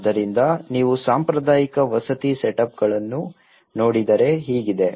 ಆದ್ದರಿಂದ ನೀವು ಸಾಂಪ್ರದಾಯಿಕ ವಸತಿ ಸೆಟಪ್ಗಳನ್ನು ನೋಡಿದರೆ ಹೀಗಿದೆ